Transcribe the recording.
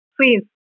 Please